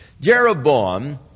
Jeroboam